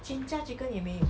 jinjja chicken 也没有